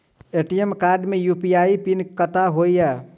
ATM card मे UPI pin कतह होइ है?